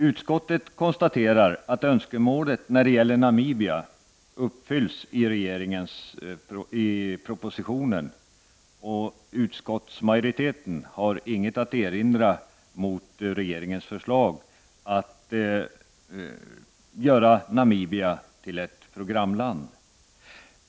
Utskottet konstaterar att önskemålet när det gäller Namibia uppfylls i propositionen, och utskottsmajoriteten har inget att erinra mot regeringens förslag att göra Namibia till ett programland.